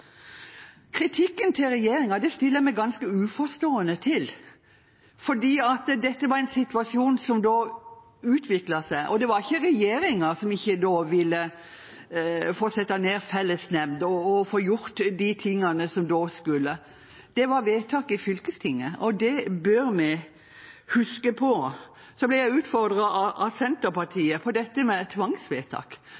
stiller jeg meg ganske uforstående til, for dette var en situasjon som utviklet seg, og det var ikke regjeringen som ikke ville få satt ned fellesnemnd og få gjort de tingene som skulle gjøres. Det var vedtak i fylkestinget – det bør vi huske på. Så ble jeg utfordret av